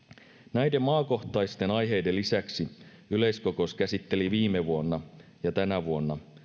näiden maakohtaisten aiheiden lisäksi yleiskokous käsitteli viime vuonna ja tänä vuonna